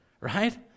Right